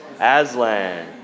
Aslan